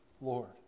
Lord